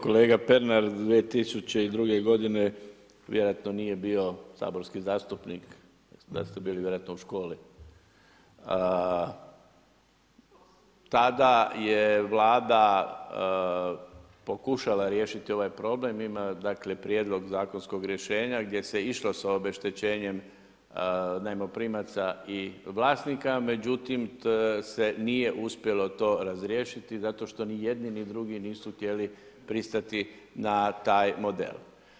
Kolega Pernar, 2002. godine vjerojatno nije bio saborski zastupnik, tada ste vjerojatno bili u školi, tada je vlada pokušala riješiti ovaj problem, ima prijedlog zakonskog rješenja gdje se išlo sa obeštećenjem najmoprimaca i vlasnika, međutim nije se uspjelo to razriješiti zato što nijedni ni drugi nisu htjeli pristati na taj model.